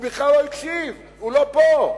בכלל לא הקשיב, הוא לא פה.